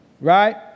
right